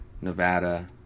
Nevada